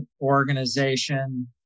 organization